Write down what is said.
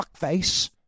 fuckface